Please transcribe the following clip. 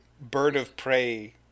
bird-of-prey